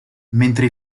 mentre